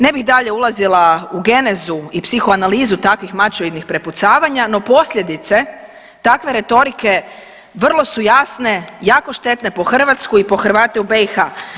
Ne bih dalje ulazila u genezu i psihoanalizu takvih mačoidnih prepucavanja, no posljedice takve retorike vrlo su jasne, jako štetne po Hrvatsku i po Hrvate u BiH.